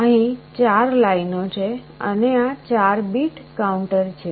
અહીં 4 લાઈનો છે અને આ 4 બીટ કાઉન્ટર છે